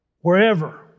Wherever